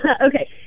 Okay